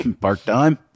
Part-time